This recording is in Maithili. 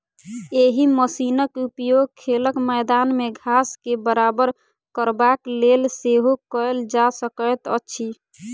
एहि मशीनक उपयोग खेलक मैदान मे घास के बराबर करबाक लेल सेहो कयल जा सकैत अछि